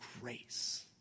grace